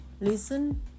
Listen